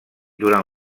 durant